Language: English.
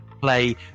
play